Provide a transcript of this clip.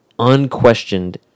Unquestioned